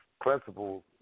Principle